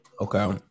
Okay